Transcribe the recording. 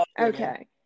Okay